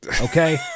Okay